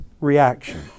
reaction